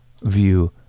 view